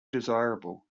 desirable